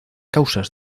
causas